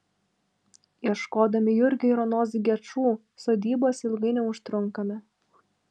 ieškodami jurgio ir onos gečų sodybos ilgai neužtrunkame